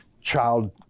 child